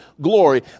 glory